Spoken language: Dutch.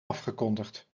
afgekondigd